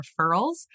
referrals